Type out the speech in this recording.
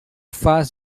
faz